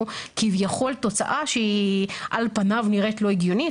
כביכול תוצאה שהיא על פניו נראית לא הגיונית,